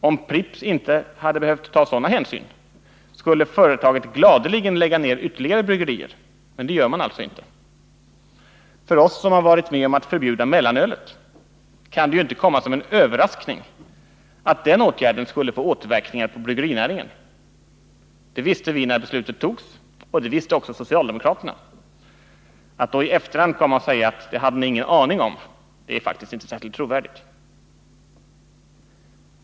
Om Pripps inte hade behövt ta sådana hänsyn skulle företaget gladeligen lägga ner ytterligare bryggerier, men det gör man alltså inte. För oss som har varit med om att förbjuda mellanölet kan det ju inte komma som en överraskning att den åtgärden får återverkningar för bryggerinäringen. Det visste vi när beslutet togs, och det visste också socialdemokraterna. Att då i efterhand komma och säga att det hade ni ingen aning om, det är faktiskt inte särskilt trovärdigt.